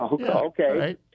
Okay